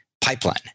pipeline